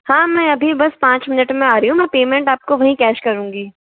हाँ मैं अभी बस पाँच मिनट में आ रही हूँ मैं पेमेंट आपको वहीं केस करूंगी